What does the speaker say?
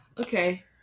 Okay